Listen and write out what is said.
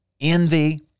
envy